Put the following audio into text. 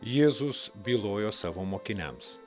jėzus bylojo savo mokiniams